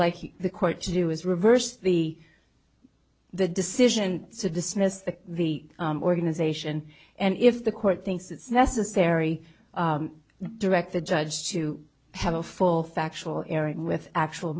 like the court to do is reverse the the decision to dismiss the the organization and if the court thinks it's necessary direct the judge to have a full factual error in with actual